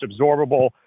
absorbable